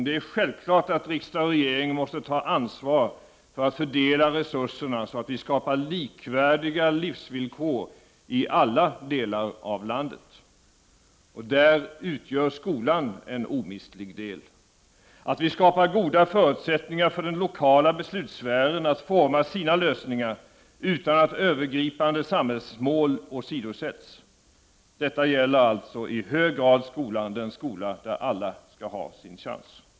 Det är självklart att riksdag och regering måste ta ansvar för att fördela resurserna så att vi skapar likvärdiga livsvillkor i alla delar av landet. Där utgör skolan en omistlig del. Vi måste skapa goda förutsättningar för den lokala beslutssfären att forma sina lösningar utan att övergripande samhällsmål åsidosätts. Det gäller i hög grad skolan, den skola där alla skall ha sin chans.